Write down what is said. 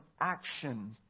action